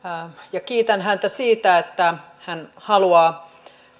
ja kiitän häntä siitä että hän haluaa